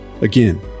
Again